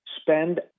spend